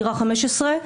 דירה 15,